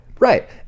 Right